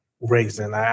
raising